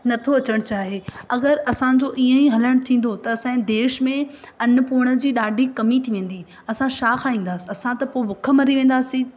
नथो अचणु चाहे अगरि असांजो ईअं ई हलणु थींदो त असांजे देश में अनु पूर्ण जी ॾाढी कमी थी वेंदी असां छा खाईंदासीं असां त पोइ बुखो मरी वेंदासीं